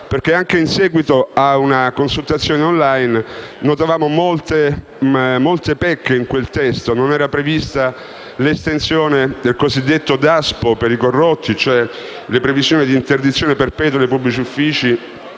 perché, anche in seguito a una consultazione *on line*, avevano in essa notato molte pecche. Non era prevista l'estensione del cosiddetto DASPO per i corrotti, e cioè la previsione di interdizione perpetua dai pubblici uffici